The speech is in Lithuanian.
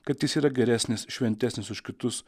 kad jis yra geresnis šventesnis už kitus